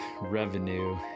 revenue